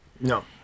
No